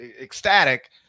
ecstatic